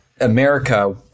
America